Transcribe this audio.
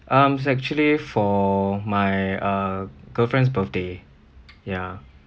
um is actually for my uh girlfriend's birthday ya